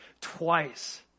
twice